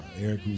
Eric